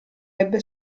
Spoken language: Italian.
ebbe